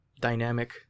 dynamic